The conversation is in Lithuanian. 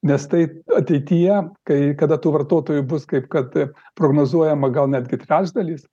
nes tai ateityje kai kada tų vartotojų bus kaip kad prognozuojama gal netgi trečdalis